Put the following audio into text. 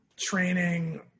training